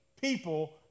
people